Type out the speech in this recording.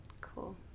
Cool